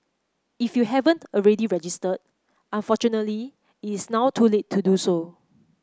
if you haven't already registered unfortunately it is now too late to do so